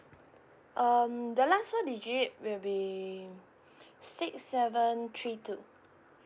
um the last four digit will be six seven three two